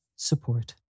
Support